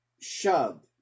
shove